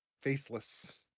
faceless